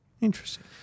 Interesting